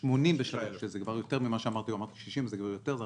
שזה כבר יותר ממה שאמרתי, אז זה רק